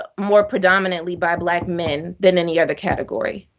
more predominantly by black men than any other category.